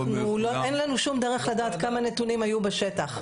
אין לנו שום דרך לדעת כמה נתונים היו בשטח,